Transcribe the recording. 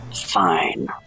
fine